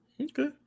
Okay